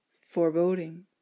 foreboding